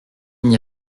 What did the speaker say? n’y